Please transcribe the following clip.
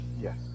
Yes